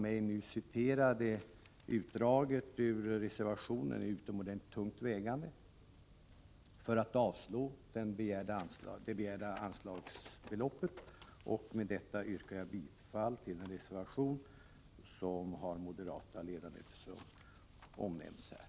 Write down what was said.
Mitt citat ur reservationen visar på ett tungt vägande argument för att säga nej till riksgäldskontorets anslagsbegäran. Med detta yrkar jag bifall till den reservation som moderata ledamöter har undertecknat.